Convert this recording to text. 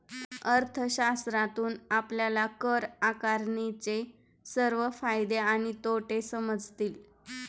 अर्थशास्त्रातून आपल्याला कर आकारणीचे सर्व फायदे आणि तोटे समजतील